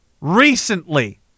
recently